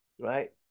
right